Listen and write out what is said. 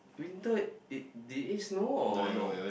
winter it did it snow or no